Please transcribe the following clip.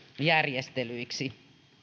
järjestelyiksi